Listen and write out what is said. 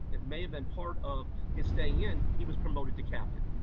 and may have been part of his staying in, he was promoted to captain.